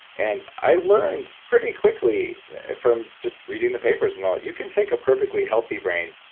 and i learned pretty quickly from just reading the papers and all, you can take a perfectly healthy brain,